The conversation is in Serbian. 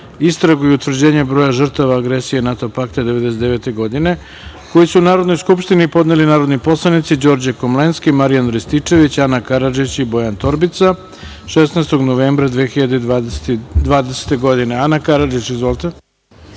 istragu i utvrđenje broja žrtava agresije NATO pakta 1999. godine, koji su Narodnoj skupštini podneli narodni poslanici Đorđe Komlenski, Marijan Rističević, Ana Karadžić i Bojan Torbica, 16. novembra 2020. godine. Ana Karadžić, izvolite.